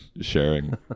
sharing